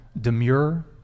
demure